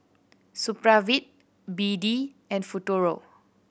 Supravit B D and Futuro